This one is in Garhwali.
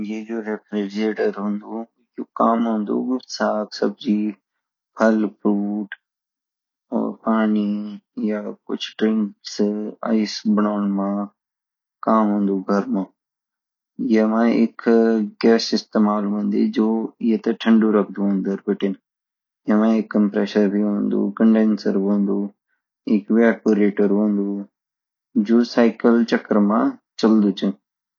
ये जो रेफ्रीजिरेटर होन्दु ये काम औन्दु सैग सब्जी फल फ्रूट पानी या कुछ ड्रिंक्स या आइस बनोनु मा काम औन्दु घर मा एमा एक गैस इस्तेमाल होंदी जो येते ठण्डु रख्दु अंदर बिटिन एमा एक कम्प्रेसर भी होन्दु कंडेंसर हौंदु एक ेवपोरतौर होन्दु जो साइकिल चक्र माँ चल्दु